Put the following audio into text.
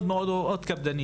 תודה רבה על דיון מאוד חשוב.